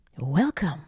Welcome